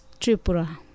Tripura